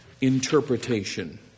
interpretation